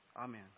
Amen